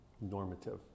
normative